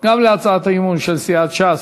גם על הצעת האי-אמון של סיעת ש"ס,